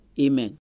Amen